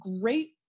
great